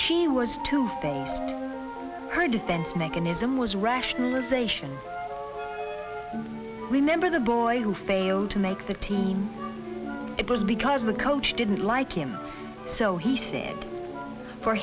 she was to her defense mechanism was rationalization remember the boy who failed to make the team it was because the coach didn't like him so he said for